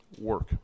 work